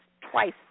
twice